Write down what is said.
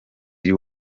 lil